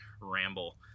ramble